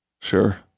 sure